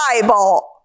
Bible